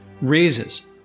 raises